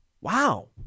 Wow